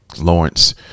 Lawrence